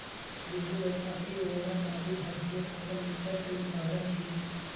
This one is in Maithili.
बीहू, बैशाखी, ओणम आदि भारतीय फसल उत्सव के उदाहरण छियै